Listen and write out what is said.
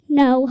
no